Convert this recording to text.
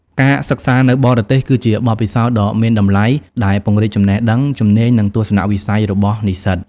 ការសិក្សានៅបរទេស គឺជាបទពិសោធន៍ដ៏មានតម្លៃដែលពង្រីកចំណេះដឹង ជំនាញ និងទស្សនវិស័យរបស់និស្សិត។